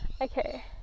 Okay